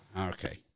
Okay